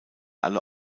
alle